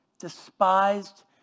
despised